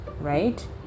right